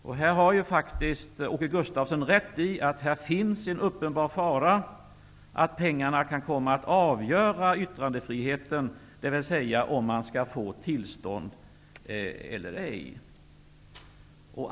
Åke Gustavsson har faktiskt rätt i att det finns en uppenbar fara för att pengarna kan komma att avgöra yttrandefriheten, dvs. om man skall få tillstånd eller ej.